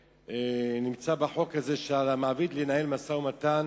שעל המעביד לנהל משא-ומתן